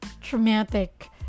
traumatic